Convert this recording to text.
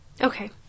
Okay